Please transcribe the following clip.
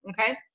okay